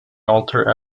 altar